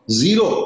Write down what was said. zero